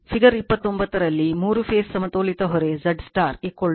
figure 29 ರಲ್ಲಿ ಮೂರು phase ಸಮತೋಲಿತ ಹೊರೆ Z ಸ್ಟಾರ್ 8 j 6 Ω ಅನ್ನು ಹೊಂದಿದೆ